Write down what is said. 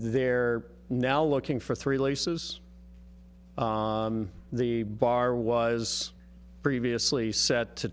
they're now looking for three laces the bar was previously set to